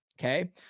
Okay